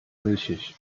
milchig